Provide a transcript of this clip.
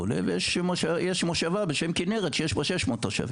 ויש מושבה בשם כנרת שיש בה 600 תושבים.